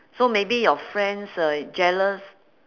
so maybe your friends uh jealous